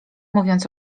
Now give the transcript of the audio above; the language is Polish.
mówiąc